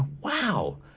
wow